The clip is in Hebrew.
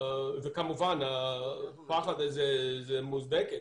וכמובן הפחד הזה הוא מוצדק,